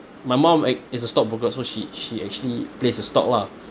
my mum ac~ is a stockbroker so she she actually plays the stock lah